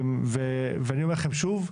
ואני אומר לכם שוב,